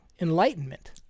enlightenment